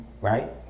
right